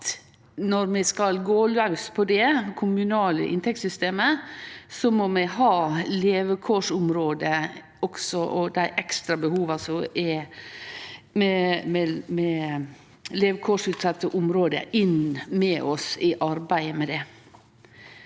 Når vi skal gå laus på det kommunale inntektssystemet, må vi også ha levekårsområda og dei ekstra behova i dei levekårsutsette områda med oss inn i arbeidet med det.